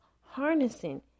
harnessing